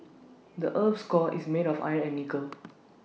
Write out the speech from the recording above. the Earth's core is made of iron and nickel